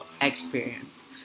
experience